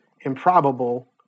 improbable